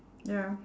ya